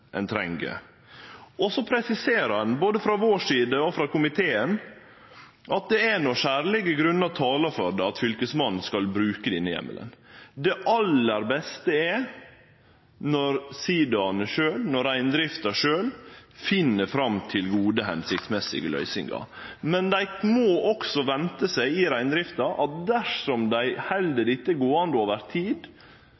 ein treng. Ein presiserer, både frå vår side og frå komiteen, at det er når særlege grunnar talar for det, at Fylkesmannen skal bruke denne heimelen. Det aller beste er når siidaane sjølve, når reindrifta sjølv, finn fram til gode, hensiktsmessige løysingar. Men i reindrifta må dei også vente seg at dersom dei held